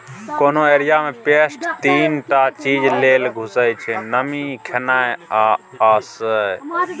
कोनो एरिया मे पेस्ट तीन टा चीज लेल घुसय छै नमी, खेनाइ आ आश्रय